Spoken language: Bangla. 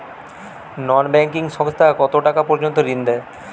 নন ব্যাঙ্কিং সংস্থা কতটাকা পর্যন্ত ঋণ দেয়?